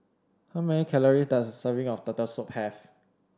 how many calories does a serving of Turtle Soup have